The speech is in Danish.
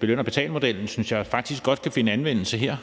Beløn-betal-modellen synes jeg faktisk godt kan finde anvendelse her.